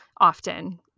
often